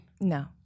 No